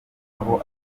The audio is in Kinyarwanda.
abo